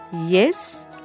Yes